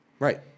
Right